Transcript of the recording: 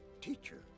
teacher